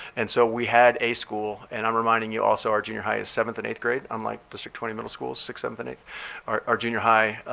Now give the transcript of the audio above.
and so we had a school and i'm reminding you also our junior high is seventh and eighth grade, unlike district twenty middle schools, sixth, seventh, and eight our our junior high,